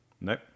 No